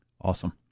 Awesome